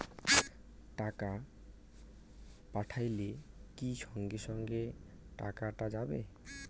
টাকা পাঠাইলে কি সঙ্গে সঙ্গে টাকাটা যাবে?